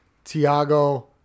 Tiago